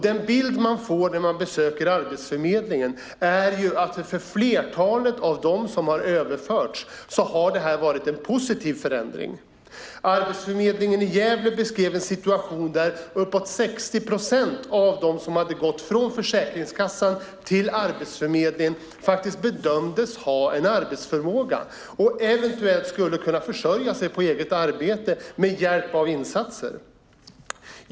Den bild man får när man besöker Arbetsförmedlingen är att det har varit en positiv förändring för flertalet av dem som har överförts. Arbetsförmedlingen i Gävle beskrev en situation där uppemot 60 procent av dem som hade gått från Försäkringskassan till Arbetsförmedlingen bedömdes ha arbetsförmåga. De skulle eventuellt kunna försörja sig på eget arbete med hjälp av insatser.